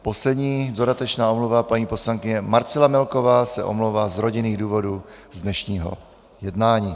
Poslední dodatečná omluva paní poslankyně Marcela Melková se omlouvá z rodinných důvodů z dnešního jednání.